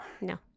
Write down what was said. No